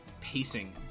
pacing